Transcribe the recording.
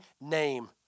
name